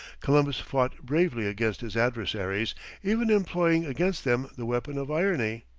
columbus fought bravely against his adversaries even employing against them the weapon of irony.